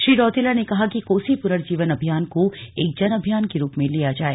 श्री रौतेला ने कहा कि कोसी पुर्नजीवन अभियान को एक जन अभियान के रूप में लिया जाए